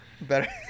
Better